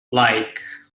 like